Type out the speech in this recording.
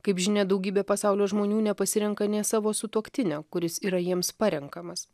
kaip žinia daugybė pasaulio žmonių nepasirenka nė savo sutuoktinio kuris yra jiems parenkamas